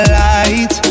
light